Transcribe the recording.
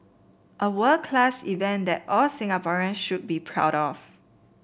a world class event that all Singaporean should be proud of